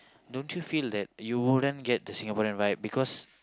don't you feel that you wouldn't get the Singaporean vibe because